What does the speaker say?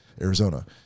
Arizona